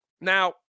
Now